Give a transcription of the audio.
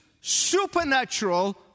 supernatural